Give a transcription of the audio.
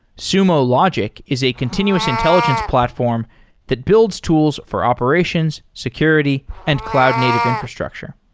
sumo logic is a continuous intelligence platform that builds tools for operations, security and cloud native infrastructure.